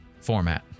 format